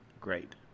great